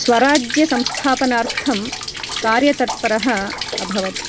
स्वराज्यसंस्थापनार्थं कार्यतत्परः अभवत्